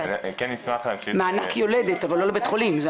מענק יולדת אבל לא לבית חולים.